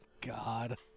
God